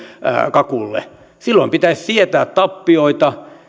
kakulle silloin pitäisi sietää tappioita